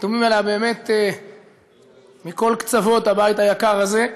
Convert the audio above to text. חתומים עליה באמת מכל קצוות הבית היקר הזה.